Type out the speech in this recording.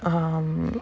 um